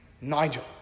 Nigel